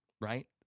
right